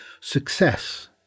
success